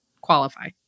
qualify